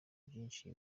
byinshi